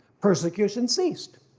persecution ceased,